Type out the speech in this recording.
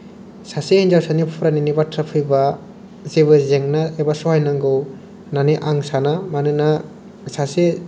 सासे हिनजावसानि फरायनायनि बाथ्रा फैयोबा जेबो जेंना एबा सहायनांगौ होननानै आं साना मानोना सासे